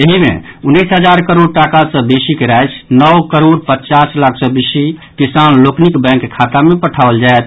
एहि मे उन्नैस हजार करोड़ टाका सँ बेसीक राशि नओ करोड़ पचास लाख सँ बेसी किसान लोकनिक बैंक खाता मे पठाओल जायत